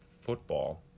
football